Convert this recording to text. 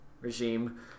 regime